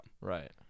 Right